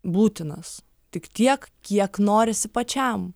būtinas tik tiek kiek norisi pačiam